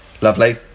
lovely